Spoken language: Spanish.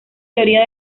teoría